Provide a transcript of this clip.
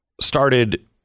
started